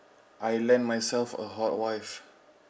I land myself a hot wife